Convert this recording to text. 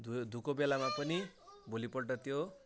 धोयो धोएको बेलामा पनि भोलिपल्ट त्यो